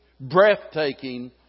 breathtaking